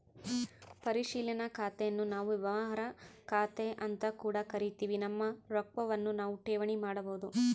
ಪರಿಶೀಲನಾ ಖಾತೆನ್ನು ನಾವು ವ್ಯವಹಾರ ಖಾತೆಅಂತ ಕೂಡ ಕರಿತಿವಿ, ನಮ್ಮ ರೊಕ್ವನ್ನು ನಾವು ಠೇವಣಿ ಮಾಡಬೋದು